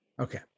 Okay